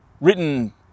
written